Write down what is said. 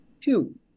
Two